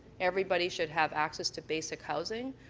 everybody should have access to basic housing.